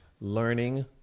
learning